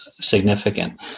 significant